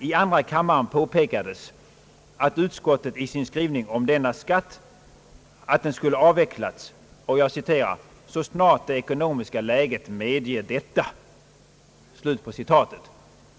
I andra kammaren påpekades att utskottet i sin skrivning om denna skatt anfört att den skulle avvecklas »så snart det ekonomiska läget medger detta».